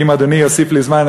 ואם אדוני יוסיף לי זמן,